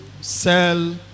sell